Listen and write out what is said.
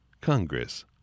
Congress